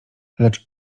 lecz